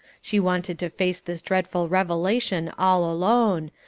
she wanted to face this dreadful revelation all alone,